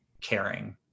caring